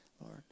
Lord